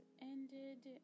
ended